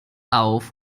auf